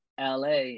LA